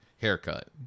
haircut